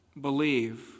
believe